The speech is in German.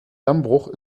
dammbruch